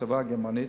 חברה גרמנית.